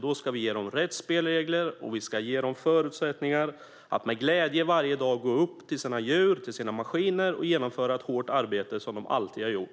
Då ska vi ge jordbrukarna rätt spelregler och sådana förutsättningar att de varje dag med glädje stiger upp till sina djur och maskiner för att genomföra det hårda arbete som de alltid har gjort.